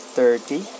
thirty